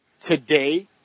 today